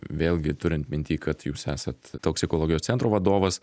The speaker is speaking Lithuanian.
vėlgi turint minty kad jūs esat toksikologijos centro vadovas